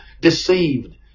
deceived